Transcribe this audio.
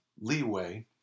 leeway